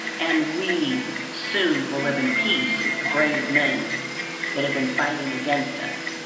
and we soon will live in peace with the brave men that have been fighting against us.